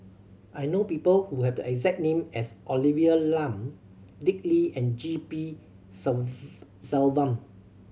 I know people who have the exact name as Olivia Lum Dick Lee and G P Selvam